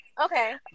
Okay